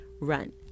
Run